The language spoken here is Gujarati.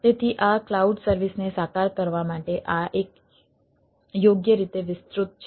તેથી આ ક્લાઉડ સર્વિસને સાકાર કરવા માટે આ એક યોગ્ય રીતે વિસ્તૃત છે